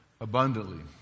abundantly